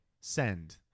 send